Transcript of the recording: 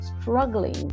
struggling